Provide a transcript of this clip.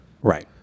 Right